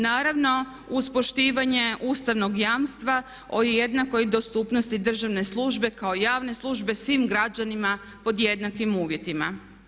Naravno uz poštivanje ustavnog jamstva o jednakoj dostupnosti državne službe kao javne službe svim građanima pod jednakim uvjetima.